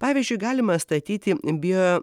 pavyzdžiui galima statyti bio